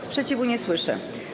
Sprzeciwu nie słyszę.